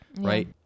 right